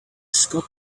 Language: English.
scott